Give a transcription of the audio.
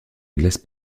glace